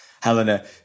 Helena